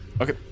Okay